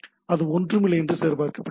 அது ஒன்றுமில்லை என்று சரிபார்க்கப்படுகிறது